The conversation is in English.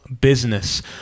business